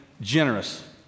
generous